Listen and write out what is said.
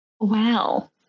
Wow